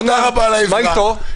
מה איתו?